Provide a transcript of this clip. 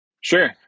Sure